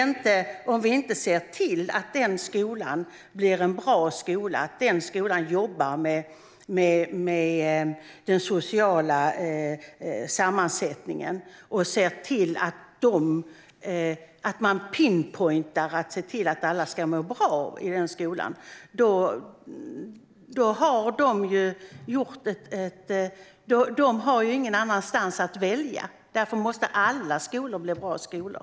Den skolan måste därför bli en bra skola som jobbar med den sociala sammansättningen och ser till att pinpointa så att alla ska må bra i den skolan, för de har ju ingenting annat att välja på. Därför måste alla skolor bli bra skolor.